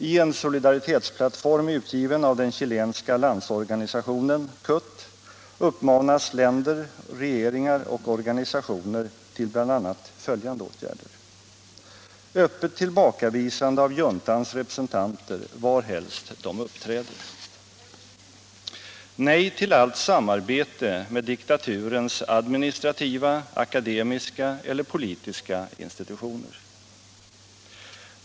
I en solidaritetsplattform utgiven av den chilenska landsorganisationen CUT uppmanas länder, regeringar och organisationer till bl.a. följande åtgärder: Öppet tillbakavisande av juntans representanter, varhelst de uppträder. Nej till allt samarbete med diktaturens administrativa, akademiska eller politiska institutioner.